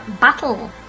Battle